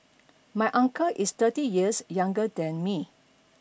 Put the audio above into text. my uncle is thirty years younger than me